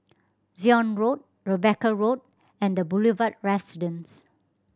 Zion Road Rebecca Road and The Boulevard Residence